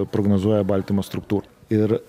prognozuoja baltymo struktū ir